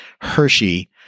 Hershey